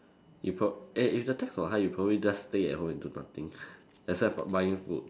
you prob~ eh if the tax were high you probably just stay at home and do nothing except buying food